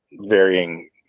varying